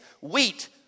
Wheat